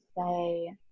say